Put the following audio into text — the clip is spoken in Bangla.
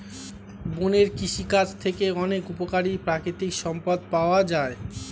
বনের কৃষিকাজ থেকে অনেক উপকারী প্রাকৃতিক সম্পদ পাওয়া যায়